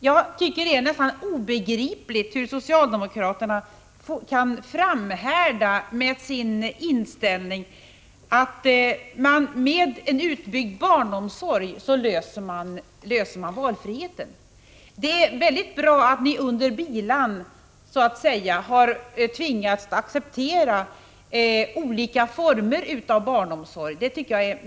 Jag tycker att det är nästan obegripligt hur socialdemokraterna kan framhärda med sin inställning att man med en utbyggd barnomsorg löser alla frågor kring valfriheten. Det är mycket bra att ni så att säga under bilan har tvingats att acceptera olika former av barnomsorg.